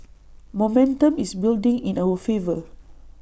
momentum is building in our favour